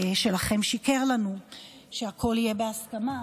שלכם שיקר לנו שהכול יהיה בהסכמה.